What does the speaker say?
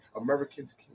Americans